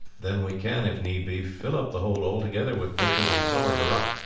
then we can, if needs be, fill up the hole altogether with bushes, and cover her up,